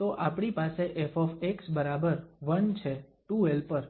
તો આપણી પાસે ƒ બરાબર 1 છે 2l પર